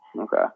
Okay